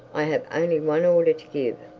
i have only one order to give,